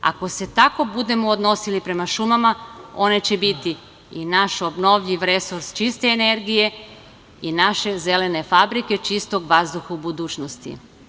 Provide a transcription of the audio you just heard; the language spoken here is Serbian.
Ako se tako budemo odnosili prema šumama, one će biti i naš obnovljiv resurs čiste energije i naše zelene fabrike čistog vazduha u budućnosti.